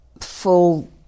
full